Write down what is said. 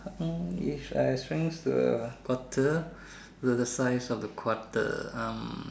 hmm if I shrink to a quarter will the size of the quarter um